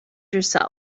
yourself